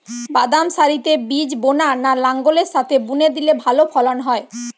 বাদাম সারিতে বীজ বোনা না লাঙ্গলের সাথে বুনে দিলে ভালো ফলন হয়?